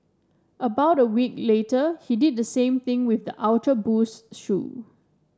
about a week later he did the same thing with the Ultra Boost shoe